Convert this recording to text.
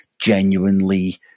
genuinely